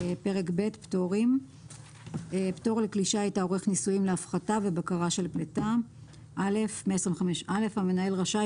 125.פטור לכלי שיט העורך ניסויים להפחתה ובקרה של פליטה המנהל רשאי,